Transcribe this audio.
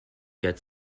get